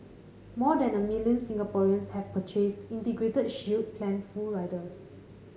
more than a million Singaporeans have purchased Integrated Shield Plan full riders